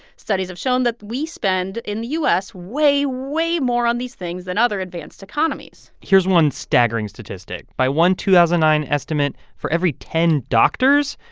studies have shown that we spend, in the u s, way, way more on these things than other advanced economies here's one staggering statistic. by one two thousand and nine estimate, for every ten doctors,